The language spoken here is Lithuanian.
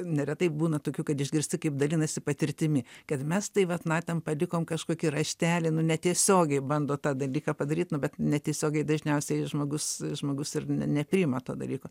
neretai būna tokių kad išgirsti kaip dalinasi patirtimi kad mes tai vat na ten palikom kažkokį raštelį nu netiesiogiai bando tą dalyką padaryt nu bet netiesiogiai dažniausiai žmogus žmogus ir nepriima to dalyko